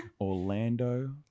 Orlando